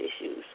issues